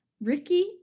Ricky